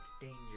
danger